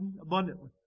abundantly